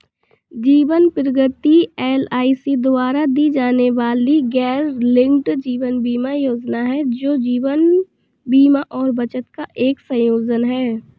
जीवन प्रगति एल.आई.सी द्वारा दी जाने वाली गैरलिंक्ड जीवन बीमा योजना है, जो जीवन बीमा और बचत का एक संयोजन है